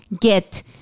get